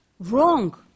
Wrong